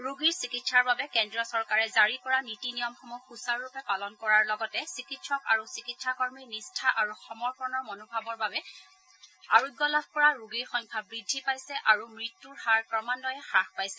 ৰোগীৰ চিকিৎসাৰ বাবে কেন্দ্ৰীয় চৰকাৰে জাৰি কৰা নীতি নিয়মসমূহ সূচাৰুৰূপে পালন কৰাৰ লগতে চিকিৎসক আৰু চিকিৎসাকৰ্মীৰ নিষ্ঠা আৰু সমৰ্পণৰ মনোভাৱৰ বাবে আৰোগ্য লাভ কৰা ৰোগীৰ সংখ্যা বৃদ্ধি পাইছে আৰু মৃত্যুৰ হাৰ ক্ৰমাঘয়ে হাস পাইছে